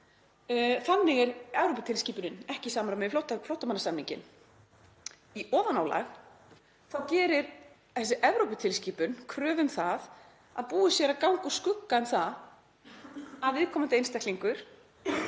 Þannig er Evróputilskipunin ekki í samræmi við flóttamannasamninginn. Í ofanálag þá gerir þessi Evróputilskipun kröfu um að búið sé að ganga úr skugga um það að viðkomandi einstaklingur